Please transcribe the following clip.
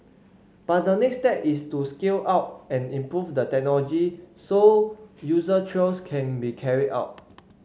but the next step is to scale up and improve the technology so user trials can be carried out